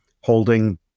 holding